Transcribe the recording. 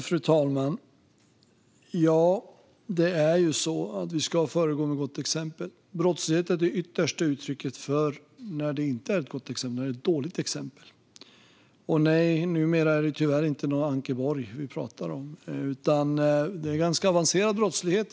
Fru talman! Ja, vi ska föregå med gott exempel. Brottslighet är det yttersta uttrycket för något som inte är ett gott exempel utan är ett dåligt exempel. Numera är det tyvärr inte Ankeborg vi pratar om, utan det är ibland fråga om avancerad brottslighet.